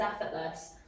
effortless